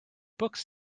books